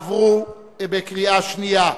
עברו בקריאה שנייה.